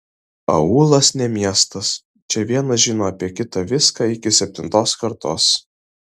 aūlas ne miestas čia vienas žino apie kitą viską iki septintos kartos